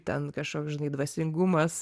ten kašoks žinai dvasingumas